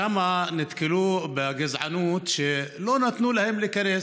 שם הם נתקלו בגזענות לא נתנו להם להיכנס.